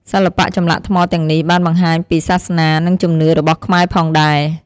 សិល្បៈចម្លាក់ថ្មទាំងនេះបានបង្ហាញពីសាសនា និងជំនឿរបស់ខ្មែរផងដែរ។